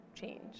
change